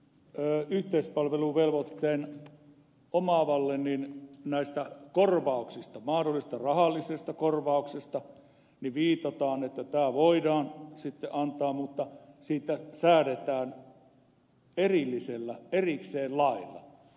nimittäin yleispalveluvelvoitteen omaavalle näistä korvauksista mahdollisista rahallisista korvauksista viitataan että tämä voidaan antaa mutta siitä säädetään erikseen lailla